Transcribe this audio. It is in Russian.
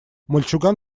мальчуган